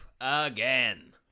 again